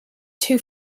too